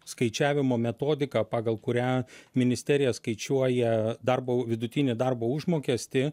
skaičiavimo metodiką pagal kurią ministerija skaičiuoja darbo vidutinį darbo užmokestį